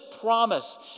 promise